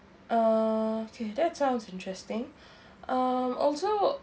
uh okay that sounds interesting um also